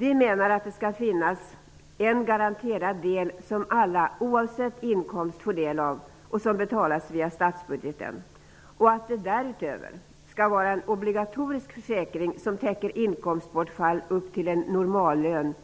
Vi menar att det skall finnas en garanterad del som alla, oavsett inkomst, får del av och som betalas via statsbudgeten. Därutöver skall finnas en obligatorisk försäkring som täcker inkomstbortfall upp till en normallön